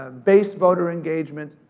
ah base-voter engagement,